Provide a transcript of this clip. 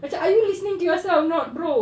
macam are you listening to yourself not bro